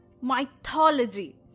mythology